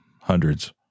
hundreds